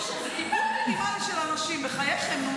--- בחייכם, נו.